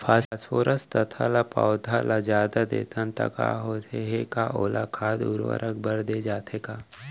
Phosphorus तथा ल पौधा मन ल जादा देथन त का होथे हे, का ओला खाद उर्वरक बर दे जाथे का?